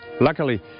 Luckily